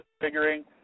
figuring